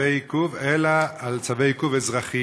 צווי עיכוב, אלא על צווי עיכוב אזרחיים.